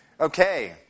Okay